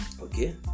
okay